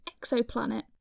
exoplanet